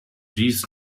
dies